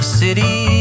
city